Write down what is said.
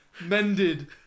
mended